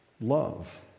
love